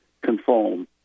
conform